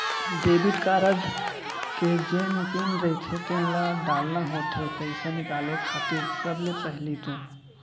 debit card के जेन PIN रहिथे तेन ल डालना होथे पइसा निकाले खातिर सबले पहिली तो